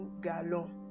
galon